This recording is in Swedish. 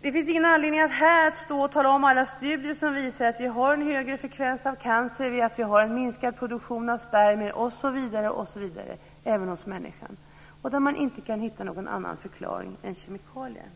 Det finns ingen anledning att här stå och tala om alla studier som visar att vi har en högre frekvens av cancer, en minskad produktion av spermier osv. även hos människan där man inte hittar någon annan förklaring än kemikalier.